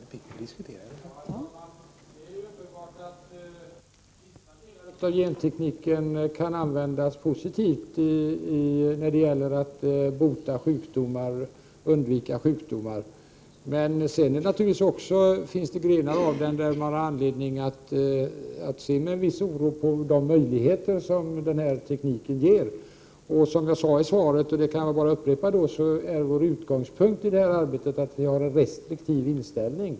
Herr talman! Det är uppenbart att vissa delar av gentekniken kan användas positivt för att bota och undvika sjukdomar. Men det finns naturligtvis också grenar av den där vi har anledning att se med en viss oro på de möjligheter som denna teknik ger. Som jag sade i svaret — det kan jag upprepa nu — är vår utgångspunkt i detta arbete att ha en restriktiv inställning.